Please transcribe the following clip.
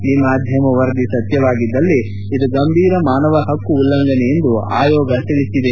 ಈ ಮಾಧ್ಯಮ ವರದಿ ಸತ್ನವಾಗಿದ್ದಲ್ಲಿ ಇದು ಗಂಭೀರ ಮಾನವಹಕ್ಕು ಉಲ್ಲಂಘನೆ ಎಂದು ಆಯೋಗ ತಿಳಿಸಿದೆ